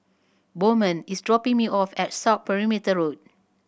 Bowman is dropping me off at South Perimeter Road